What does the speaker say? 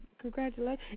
Congratulations